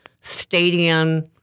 stadium